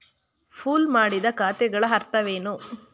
Pool ಮಾಡಿದ ಖಾತೆಗಳ ಅರ್ಥವೇನು?